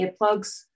earplugs